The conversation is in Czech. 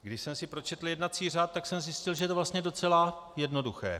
Když jsem si pročetl jednací řád, tak jsem zjistil, že je to vlastně docela jednoduché.